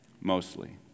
Mostly